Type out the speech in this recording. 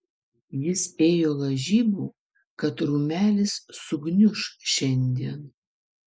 jis ėjo lažybų kad rūmelis sugniuš šiandien